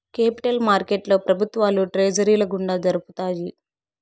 capital మార్కెట్లో ప్రభుత్వాలు ట్రెజరీల గుండా జరుపుతాయి